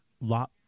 Lot